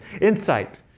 insight